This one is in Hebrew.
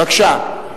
בבקשה.